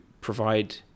provide